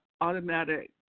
automatic